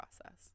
process